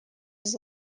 his